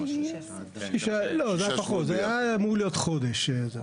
זה היה אמור להיות חודש.